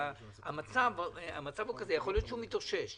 יכול להיות שהשוק מתאושש,